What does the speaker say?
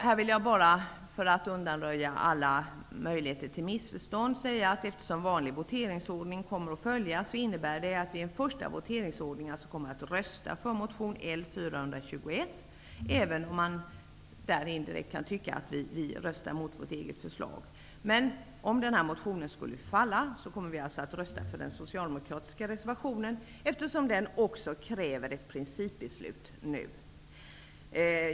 Här vill jag bara säga, för att undanröja alla möjligheter till missförstånd, att eftersom vanlig voteringsordning kommer att följas innebär det att vi i en första voteringsordning kommer att rösta för motion L421, även om det kan tyckas att vi därmed indirekt röstar mot vårt eget förslag. Om den motionen skulle falla kommer vi att rösta för den socialdemokratiska reservationen, eftersom den också kräver ett principbeslut nu.